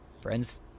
friends